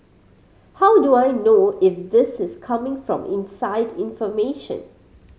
how do I know if this is coming from inside information